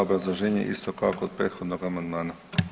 Obrazloženje isto kao kod prethodnog amandmana.